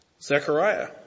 Zechariah